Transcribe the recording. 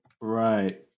Right